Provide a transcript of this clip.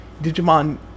Digimon